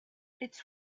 its